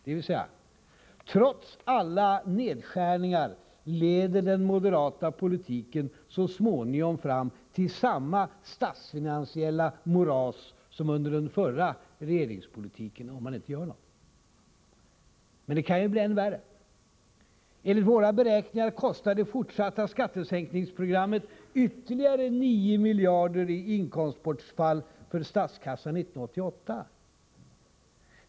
Det vill säga: Trots alla nedskärningar leder den moderata politiken så småningom fram till samma statsfinansiella moras som under den förra regeringsperioden, om man inte gör någonting. Men det kan bli än värre. Enligt våra beräkningar kostar det fortsatta skattesänkningsprogrammet ytterligare 9 miljarder i inkomstbortfall för statskassan 1988.